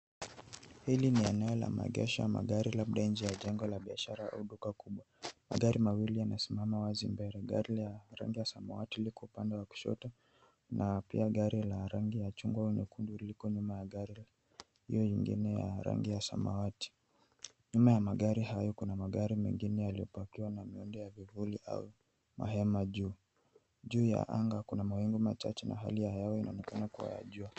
Hili ni eneo la maegesho magari labda nje ya jengo la biashara au duka kubwa. Magari mawili yamesimama wazi mbele. Gari la rangi ya samawati liko pande wa kushoto, na pia gari la rangi ya chungwa nyekundu liko nyuma ya gari hiyo ingine ya rangi ya samawati. Nyuma ya magari hayo kuna magari mengine yaliyopakiwa na miundo ya vivuli au mahema juu. Juu ya anga kuna mawingu machache na hali yao inaonekana kuwa ya jua.